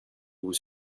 vous